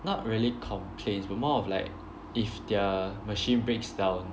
err not really complaints but more of like if their machine breaks down